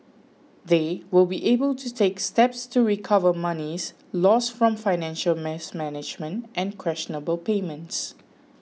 they will be able to take steps to recover monies lost from financial mess management and questionable payments